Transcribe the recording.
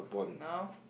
now